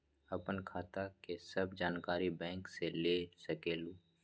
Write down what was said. आपन खाता के सब जानकारी बैंक से ले सकेलु?